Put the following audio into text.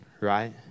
right